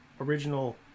original